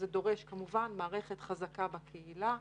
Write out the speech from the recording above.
זה דורש כמובן מערכת חזקה בקהילה.